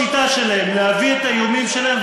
להביא את האיומים שלהם,